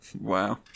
Wow